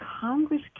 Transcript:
Congress